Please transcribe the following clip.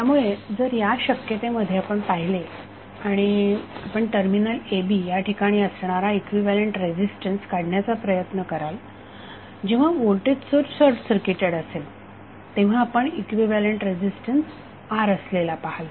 त्यामुळे जर या शक्यते मध्ये आपण पाहिले आणि आपण टर्मिनल AB या ठिकाणी असणारा इक्विव्हॅलेन्ट रेझीस्टन्स काढण्याचा प्रयत्न कराल जेव्हा व्होल्टेज सोर्स शॉर्टसर्किटेड असेल तेव्हा आपण इक्विव्हॅलेन्ट रेझीस्टन्स R असलेला पहाल